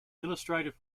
illustrative